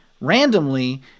randomly